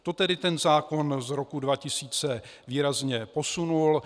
To tedy zákon z roku 2000 výrazně posunul.